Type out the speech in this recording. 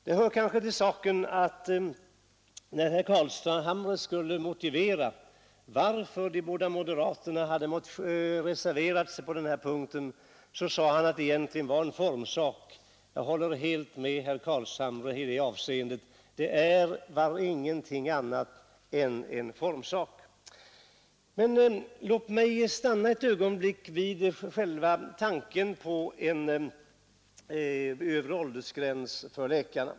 Det hör kanske till saken att herr Carlshamre när han skulle motivera varför de båda moderaterna hade reserverat sig på denna punkt sade, att det egentligen var en formsak. Jag håller helt med herr Carlshamre i det avseendet det är inget annat än en formsak. Men låt mig stanna ett ögonblick vid själva tanken på en övre åldersgräns för läkarna.